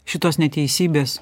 šitos neteisybės